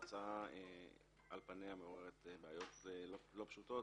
ההצעה מעוררת בעיות לא פשוטות.